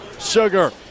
Sugar